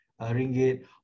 ringgit